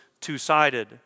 two-sided